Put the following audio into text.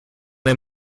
den